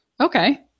Okay